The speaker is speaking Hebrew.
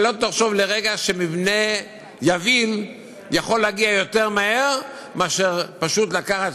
שלא תחשוב לרגע שמבנה יביל יכול להגיע יותר מהר מאשר פשוט לקחת